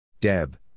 Deb